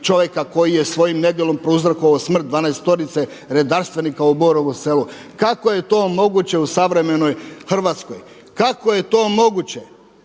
čovjeka koji je svojim nedjelom prouzrokovao smrt 12-orice redarstvenika u Borovom Selu? Kako je to moguće u savremenoj Hrvatskoj? Kako je to moguće,